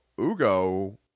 Ugo